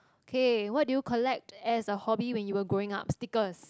K what do you collect as a hobby when you were growing up stickers